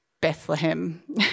Bethlehem